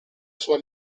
sua